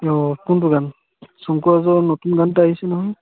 অঁ কোনটো গান শংকুৰাজৰ নতুন গান এটা আহিছে নহয়